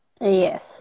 Yes